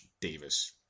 Davis